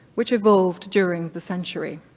which evolved during the century.